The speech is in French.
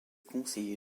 conseiller